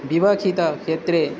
विवक्षितक्षेत्रे